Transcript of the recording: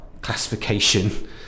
classification